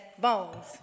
bones